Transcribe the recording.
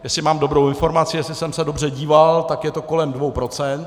Jestli mám dobrou informaci, jestli jsem se dobře díval, tak je to kolem dvou procent.